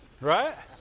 Right